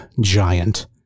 Giant